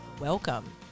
welcome